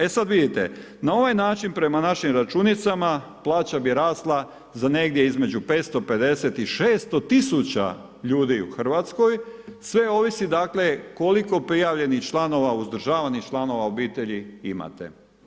E sad vidite, na ovaj način prema našim računicama plaća bi rasla za negdje između 550 i 600.000 ljudi u Hrvatskoj, sve ovisi koliko prijavljenih članova, uzdržavanih članova obitelji imate.